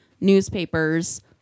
newspapers